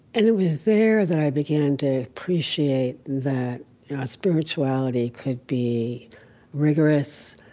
and it was there that i began to appreciate that spirituality could be rigorous.